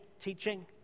teaching